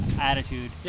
attitude